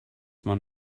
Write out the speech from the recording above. man